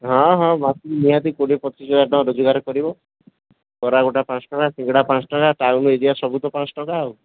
ହଁ ହଁ ନିହାତି କୋଡ଼ିଏ ପଚିଶ ହଜାର ରୋଜଗାର କରିବ ବରା ଗୋଟେ ପାଞ୍ଚ ଟଙ୍କା ସିଙ୍ଗଡ଼ା ପାଞ୍ଚ ଟଙ୍କା ଟାଉନ୍ ଏରିଆ ସବୁ ତ ପାଞ୍ଚ ଟଙ୍କା